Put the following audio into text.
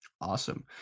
Awesome